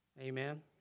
Amen